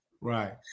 Right